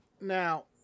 Now